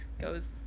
goes